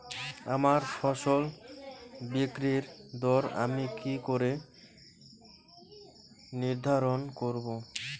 আমার ফসল বিক্রির দর আমি কি করে নির্ধারন করব?